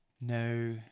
No